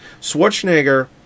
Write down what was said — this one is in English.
Schwarzenegger